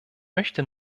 möchte